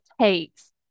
takes